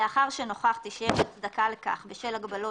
לאחר שנוכחתי שיש הצדקה לכך בשל הגבלות